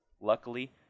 Luckily